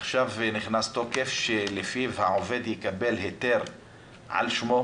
עכשיו נכנס תוקף שלפיו יקבל העובד היתר על שמו,